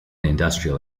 industrial